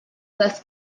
thus